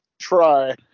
Try